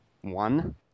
one